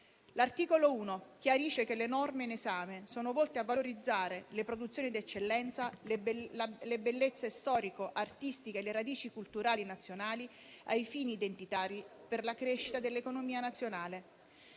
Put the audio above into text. L'articolo 1 chiarisce che le norme in esame sono volte a valorizzare le produzioni di eccellenza, le bellezze storico-artistiche e le radici culturali nazionali, ai fini identitari e per la crescita dell'economia nazionale.